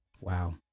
wow